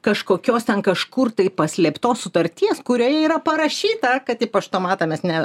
kažkokios ten kažkur paslėptos sutarties kurioje yra parašyta kad į paštomatą mes ne